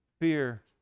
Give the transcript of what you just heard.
fear